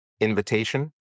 invitation